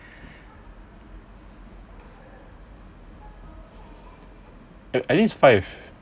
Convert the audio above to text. I I think is five